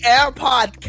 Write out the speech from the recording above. AirPod